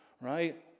right